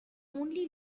only